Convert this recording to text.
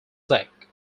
deck